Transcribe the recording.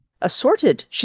assorted